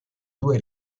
due